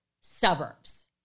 suburbs